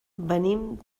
venim